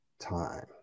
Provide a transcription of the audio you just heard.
time